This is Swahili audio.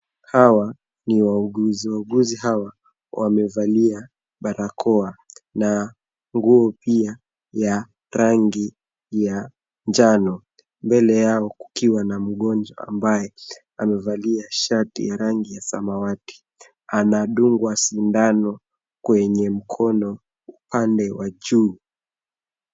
Hawa ni wauguzi. Wauguzi hawa wamevalia barakoa na nguo pia ya rangi ya njano. Mbele yao kukiwa na mgonjwa ambaye amevalia shati ya rangi ya samawati. Anadungwa sindano kwenye mkono upande wa juu.